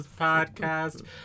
podcast